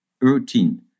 routine